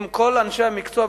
עם כל אנשי המקצוע,